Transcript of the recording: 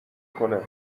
کنه